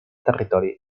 territori